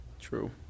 True